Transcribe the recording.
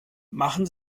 machen